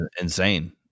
Insane